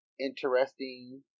interesting